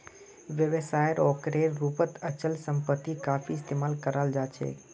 व्यवसायेर आकारेर रूपत अचल सम्पत्ति काफी इस्तमाल कराल जा छेक